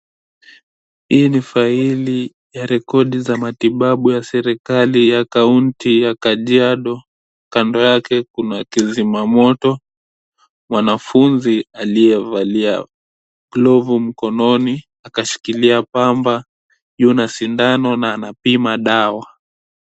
Hii ni faili ya rekodi za matibabu ya serikali ya kaunti ya Kajiado kando yake kuna kizima moto ,mwanafunzi aliyevalia glovu mkononi akshikilia pamaba juu na sidano na anapima dawa.